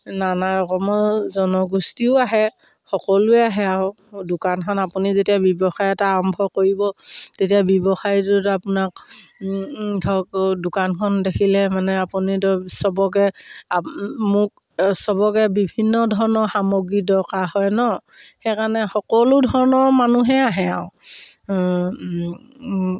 নানা ৰকমৰ জনগোষ্ঠীও আহে সকলোৱে আহে আৰু দোকানখন আপুনি যেতিয়া ব্যৱসায় এটা আৰম্ভ কৰিব তেতিয়া ব্যৱসায়টোত আপোনাক ধৰক দোকানখন দেখিলে মানে আপুনি ধৰক চবকে বিভিন্ন ধৰণৰ সামগ্ৰী দৰকাৰ হয় ন সেইকাৰণে সকলো ধৰণৰ মানুহে আহে আৰু